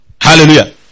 hallelujah